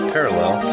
Parallel